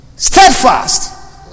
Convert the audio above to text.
Steadfast